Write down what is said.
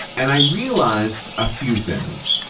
and i realized a few things.